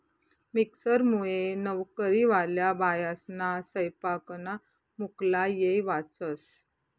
मिक्सरमुये नवकरीवाल्या बायास्ना सैपाकना मुक्ला येय वाचस